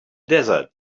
desert